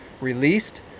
released